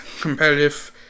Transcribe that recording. competitive